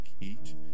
eat